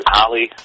Holly